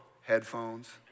headphones